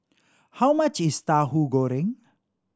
how much is Tahu Goreng